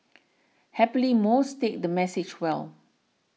happily most take the message well